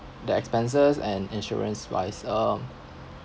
the expenses and insurance wise um